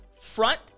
front